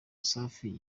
safi